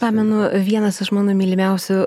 pamenu vienas iš mano mylimiausių